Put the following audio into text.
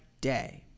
day